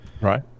Right